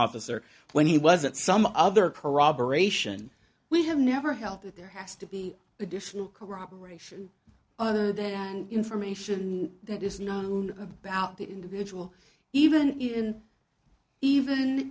officer when he wasn't some other corroboration we have never held that there has to be additional corroboration other than information that is known about the individual even in even